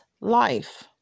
life